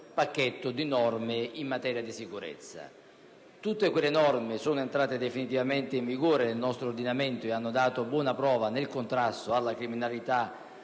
pacchetto di norme in materia di sicurezza. Tutte quelle norme sono entrate definitivamente in vigore nel nostro ordinamento e hanno dato buona prova nel contrasto alla criminalità